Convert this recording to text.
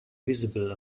visible